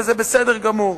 וזה בסדר גמור.